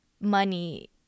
money